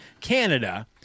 Canada